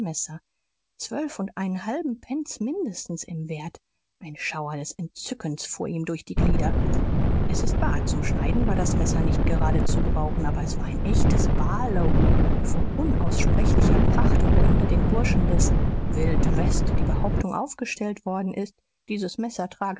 und einen halben pence mindestens im wert ein schauer des entzückens fuhr ihm durch die glieder es ist wahr zum schneiden war das messer nicht gerade zu brauchen aber es war ein echtes barlow und von unaussprechlicher pracht und wenn unter den burschen des wild west die behauptung aufgestellt worden ist dieses